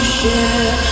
share